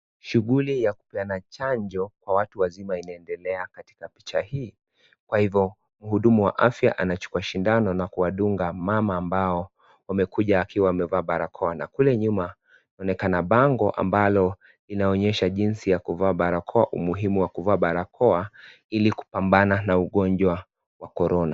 Shughuli ya kupeana chanjo kwa watu wazima inaendelea katika picha hii. Kwa hivo mhudumu wa afya anachukua sindano na kuwadunga mama ambao wamekuja wakiwa wamevaa balakoa na kule nyuma kunaonekana bango ambalo linaonyesha jinsi ya kuvaa barakoa, umuhimu wa kuvaa barakoa, ili kubambana na ugonjwa wa korona.